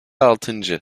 altıncı